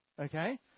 Okay